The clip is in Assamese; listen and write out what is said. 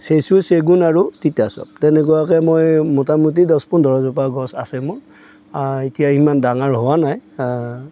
চেচু চেগুন আৰু তিতা চঁপ তেনেকুৱাকে মই মোটামুটি দহ পোন্ধৰজোপা গছ আছে মোৰ এতিয়া ইমান ডাঙাৰ হোৱা নাই